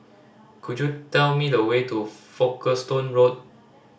could you tell me the way to Folkestone Road